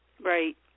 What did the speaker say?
right